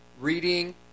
reading